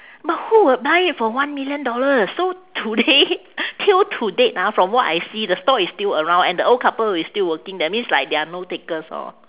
but who would buy it for one million dollars so today till to date ah from what I see the stall is still around and the old couple is still working that means like there are no takers orh